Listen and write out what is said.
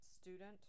student